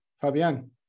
Fabian